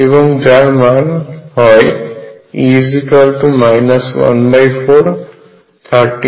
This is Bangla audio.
এবং যার মান হয় E 14136Z2